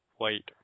wait